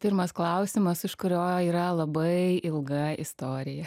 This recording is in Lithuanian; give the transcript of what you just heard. pirmas klausimas iš kurio yra labai ilga istorija